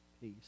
peace